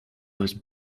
was